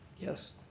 Yes